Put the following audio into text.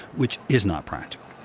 which is not practical.